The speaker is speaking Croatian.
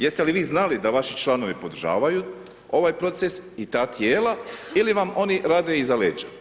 Jeste li vi znali da vaši članovi podržavaju ovak proces i ta tijela ili vam oni rade iza leđa?